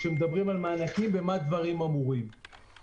במה דברים אמורים כשמדברים על מענקים.